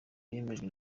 yemejwe